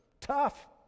tough